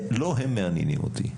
לא הם מעניינים אותי.